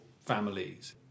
families